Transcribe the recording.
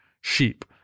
sheep